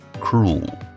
cruel